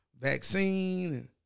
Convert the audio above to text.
vaccine